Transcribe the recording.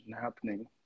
happening